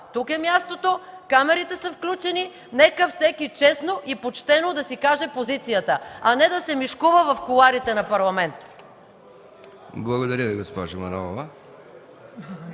Тук е мястото, камерите са включени, нека всеки честно и почтено да си каже позицията, а не да се мишкува в кулоарите на Парламента. ПРЕДСЕДАТЕЛ МИХАИЛ